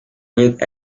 with